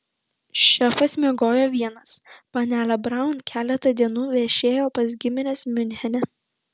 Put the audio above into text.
šefas miegojo vienas panelė braun keletą dienų viešėjo pas gimines miunchene